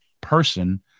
person